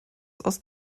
aus